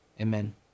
amen